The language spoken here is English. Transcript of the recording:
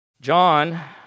John